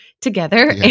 together